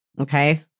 Okay